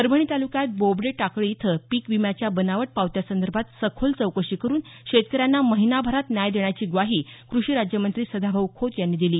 परभणी ताल्क्यात बोबडे टाकळी इथं पीक विम्याच्या बनावट पावत्यांसंदर्भात सखोल चौकशी करून शेतकऱ्यांना महिनाभरात न्याय देण्याची ग्वाही कृषी राज्यमंत्री सदाभाऊ खोत यांनी दिली